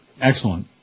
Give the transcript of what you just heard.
Excellent